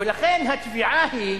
ולכן, התביעה היא